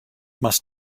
must